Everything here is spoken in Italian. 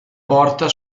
porta